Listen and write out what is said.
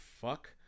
fuck